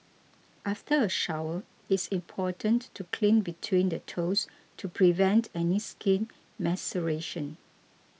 after a shower it's important to clean between the toes to prevent any skin maceration